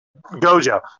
Gojo